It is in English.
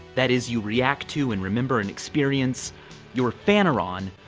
that is you react to and remember and experience your phaneron,